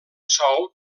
sol